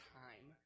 time